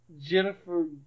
Jennifer